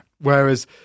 Whereas